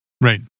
Right